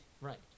Right